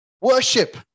worship